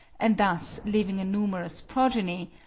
and thus leaving a numerous progeny,